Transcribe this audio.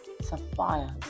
sapphires